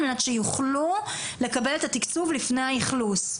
על מנת שיוכלו לקבל את התקצוב לפני האכלוס.